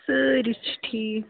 سٲری چھِ ٹھیٖک